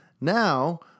Now